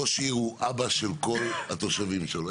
ראש עיר הוא אבא של כל התושבים שלו.